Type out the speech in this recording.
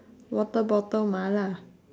water bottle mala